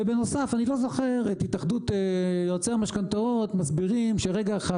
ובנוסף אני לא זוכר את התאחדות יועצי המשכנתאות מסבירים שרגע אחד.